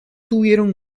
tuvieron